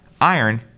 iron